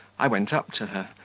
i went up to her,